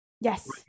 yes